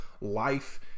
life